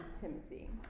Timothy